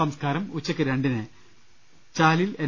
സംസ്കാരം ഉച്ചയ്ക്ക് രണ്ടിന് ചാലിൽ എൻ